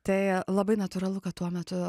tai labai natūralu kad tuo metu